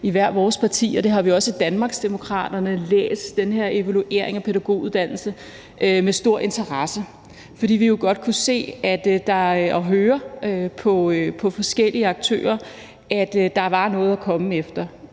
i hver vores parti, og det har vi også i Danmarksdemokraterne, læst den her »Evaluering af pædagoguddannelsen« med stor interesse, fordi vi godt kunne se og høre på forskellige aktører, at der var noget at komme efter.